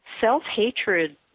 self-hatred